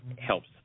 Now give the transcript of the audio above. helps